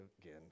again